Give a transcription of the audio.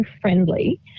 friendly